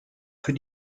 für